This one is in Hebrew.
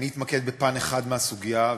אתמקד בפן אחד של הסוגיה,